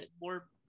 more